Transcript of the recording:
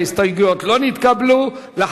ההסתייגות לא נתקבלה.